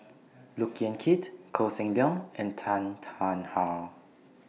Look Yan Kit Koh Seng Leong and Tan Tarn How